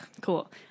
Cool